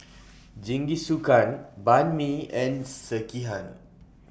Jingisukan Banh MI and Sekihan